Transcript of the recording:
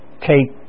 cake